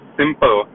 simple